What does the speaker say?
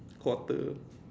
quarter